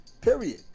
period